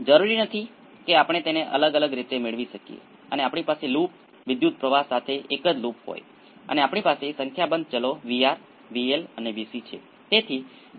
તેથી તમે કહી શકતા નથી શું થઈ રહ્યું છે તે હકીકતમાં નથી ચાલો ચાલો આપણે આ 10 છે અને આ 5 આ 2